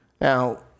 Now